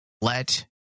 Let